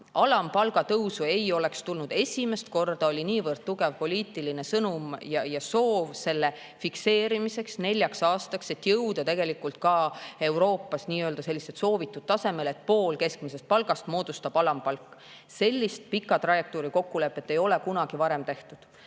alampalga tõusu [meieta] tulnud. Esimest korda oli niivõrd tugev poliitiline sõnum ja soov selle fikseerimiseks neljaks aastaks, et jõuda tegelikult ka Euroopas nii-öelda soovitud tasemele, et alampalk moodustab poole keskmisest palgast. Sellist pika trajektoori kokkulepet ei ole kunagi varem tehtud.